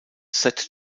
set